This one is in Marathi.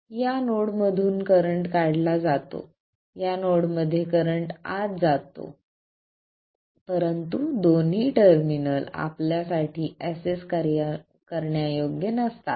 या नोडमधून करंट काढला जातो या नोडमध्ये करंट आत जातो परंतु ही दोन्ही टर्मिनल आपल्यासाठी एसेस करण्यायोग्य नसतात